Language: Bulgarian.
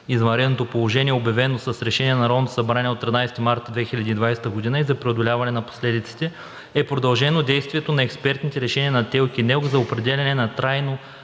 извънредното положение, обявено с решение на Народното събрание от 13 март 2020 г., и за преодоляване на последиците е продължено действието на експертните решения на ТЕЛК и НЕЛК за определяне на трайно